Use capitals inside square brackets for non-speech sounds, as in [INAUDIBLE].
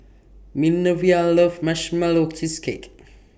Minervia loves Marshmallow Cheesecake [NOISE]